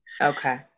Okay